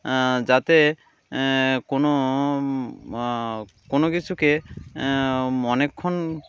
যাতে কোনো কোনো কিছুকে অনেকক্ষণ